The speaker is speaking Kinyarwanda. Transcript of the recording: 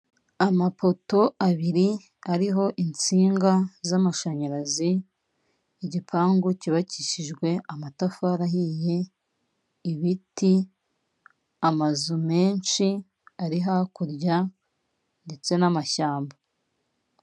Amapoto abiri ariho insinga z'amashanyarazi, igipangu cyubakishijwe amatafari ahiye, ibiti, amazu menshi ari hakurya ndetse n'amashyamba.